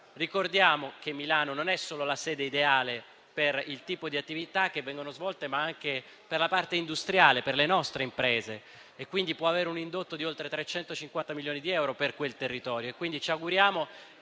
Ricordiamo che Milano non è solo la sede ideale per il tipo di attività che vengono svolte, ma anche per la parte industriale, per le nostre imprese. Si può avere un indotto di oltre 350 milioni di euro per quel territorio.